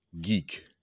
geek